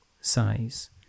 size